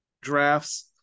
drafts